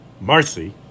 Marcy